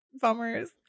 bummers